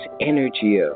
energy